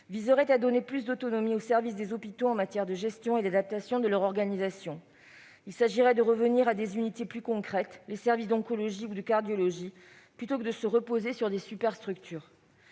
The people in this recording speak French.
vise à donner plus d'autonomie aux services des hôpitaux en matière de gestion et d'adaptation de leur organisation. Il s'agit de revenir à des unités plus concrètes, par exemple les services d'oncologie ou de cardiologie, plutôt que de renvoyer aux superstructures.